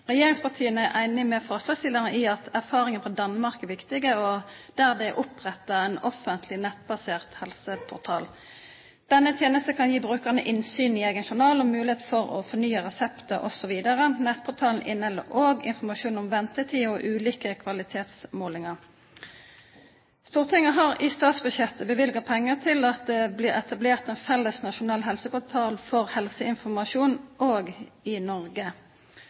Regjeringspartiene er enig med forslagsstillerne i at erfaringene fra Danmark er viktige, der det er opprettet en offentlig nettbasert helseportal. Denne tjenesten kan gi brukerne innsyn i egen journal og mulighet for å fornye resepter osv. Nettportalen inneholder også informasjon om ventetider og ulike kvalitetsmålinger. Stortinget har i statsbudsjettet bevilget penger til å etablere en felles nasjonal helseportal for helseinformasjon også i Norge.